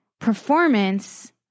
performance